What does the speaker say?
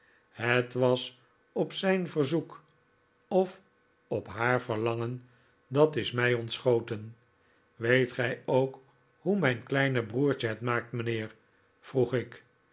het was op zijn verzoek of op haar verlangen dat is mij ontschoten weet gij ook hoe mijn kleine broertje het maakt mijnheer vroeg ik